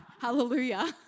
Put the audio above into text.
Hallelujah